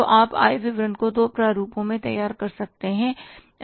तो आप आय विवरण को दो प्रारूपों में तैयार कर सकते हैं